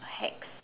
hex